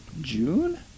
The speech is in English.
june